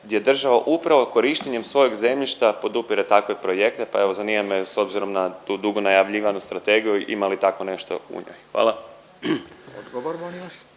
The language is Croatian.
gdje država upravo korištenjem svojeg zemljišta podupire takve projekte, pa evo zanima me s obzirom na tu dugo najavljivanu strategiju ima li tako nešto u njoj? Hvala.